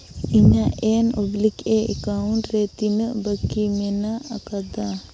ᱤᱧᱟᱹᱜ ᱮᱹᱱ ᱚᱵᱽᱞᱤᱠ ᱮᱹ ᱮᱠᱟᱣᱩᱱᱴ ᱨᱮ ᱛᱤᱱᱟᱹᱜ ᱵᱟᱹᱠᱤ ᱢᱮᱱᱟᱜ ᱟᱠᱟᱫᱟ